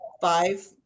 five